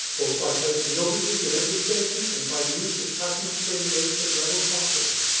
both by placing notices in every station and by the use of patent spring gates at level crossings.